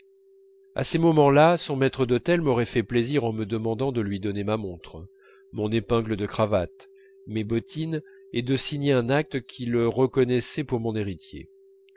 à ces moments-là son maître d'hôtel m'aurait fait plaisir en me demandant de lui donner ma montre mon épingle de cravate mes bottines et de signer un acte qui le reconnaissait pour mon héritier